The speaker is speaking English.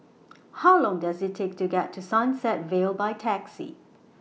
How Long Does IT Take to get to Sunset Vale By Taxi